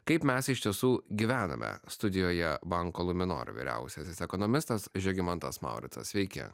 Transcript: kaip mes iš tiesų gyvename studijoje banko luminor vyriausiasis ekonomistas žygimantas mauricas sveiki